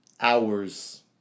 hours